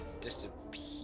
disappear